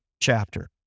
chapter